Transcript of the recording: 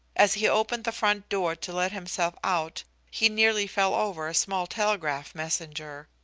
as he opened the front door to let himself out he nearly fell over a small telegraph messenger.